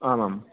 आम् आम्